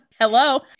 hello